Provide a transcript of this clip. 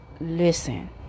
Listen